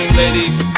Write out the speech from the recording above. ladies